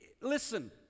Listen